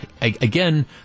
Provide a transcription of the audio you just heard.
again